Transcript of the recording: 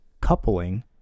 coupling